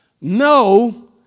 No